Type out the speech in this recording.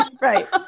right